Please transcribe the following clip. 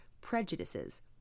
prejudices